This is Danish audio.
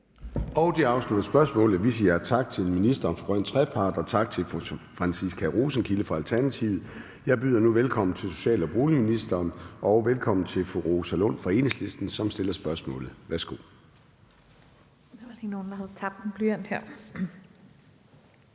Det afslutter spørgsmålet. Vi siger tak til ministeren for grøn trepart og tak til fru Franciska Rosenkilde fra Alternativet. Jeg byder nu velkommen til social- og boligministeren og velkommen til fru Rosa Lund fra Enhedslisten, som stiller spørgsmålet (spm.